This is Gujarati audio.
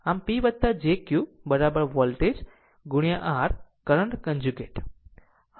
આમ P jQ voltage r current conjugate